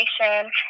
education